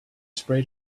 sprayed